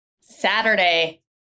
Saturday